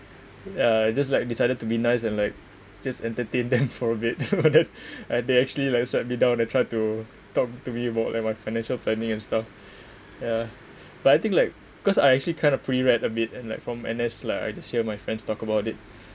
ya just like decided to be nice and like just entertain them for a bit that they actually like set me down and try to talk to me about like my financial planning and stuff ya but I think like cause I actually kind of pre read a bit and like from N_S lah I just hear my friends talk about it